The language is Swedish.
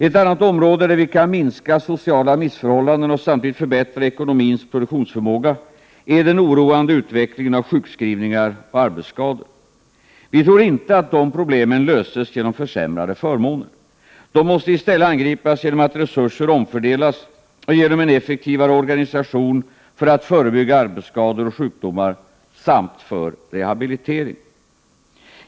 Ett annat område där vi kan minska sociala missförhållanden och samtidigt förbättra ekonomins produktionsförmåga är den oroande utvecklingen av sjukskrivningar och arbetsskador. Vi tror inte att dessa problem löses genom försämrade förmåner. De måste i stället angripas genom omfördelning av resurser och genom en effektivare organisation för förebyggande av arbetsskador och sjukdomar samt för rehabilitering.